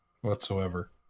whatsoever